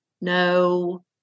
no